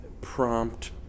Prompt